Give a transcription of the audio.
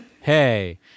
Hey